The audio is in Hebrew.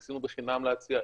ניסינו בחינם להציע,